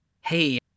Hey